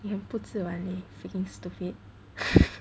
你很不自然 leh freaking stupid